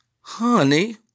Honey